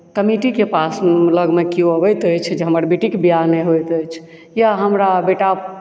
कमीटीके पास लगमे कियो अबैत अछि जे हमर बेटीके विवाह नहि होइत अछि या हमरा बेटा